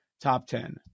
top-ten